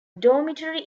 dormitory